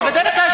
כי בדרך כלל,